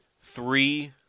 three